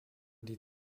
die